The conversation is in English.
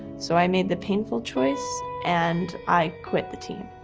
so i made the painful choice and i quit the team.